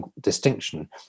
distinction